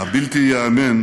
הבלתי-ייאמן